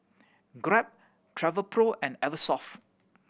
Grab Travelpro and Eversoft